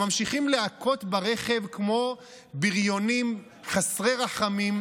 והם ממשיכים להכות ברכב כמו בריונים חסרי רחמים,